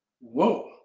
Whoa